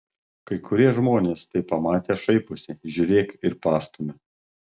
kai kurie žmonės tai pamatę šaiposi žiūrėk ir pastumia